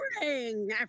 morning